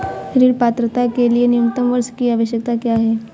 ऋण पात्रता के लिए न्यूनतम वर्ष की आवश्यकता क्या है?